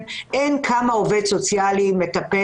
אין התייחסות לשאלה בכמה תיקים עובד סוציאלי מטפל.